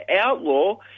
outlaw